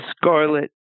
scarlet